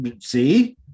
See